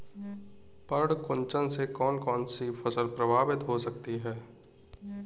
पर्ण कुंचन से कौन कौन सी फसल प्रभावित हो सकती है?